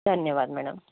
धन्यवाद मैडम